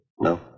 No